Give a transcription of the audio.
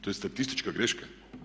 To je statistička greška.